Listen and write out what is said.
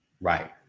Right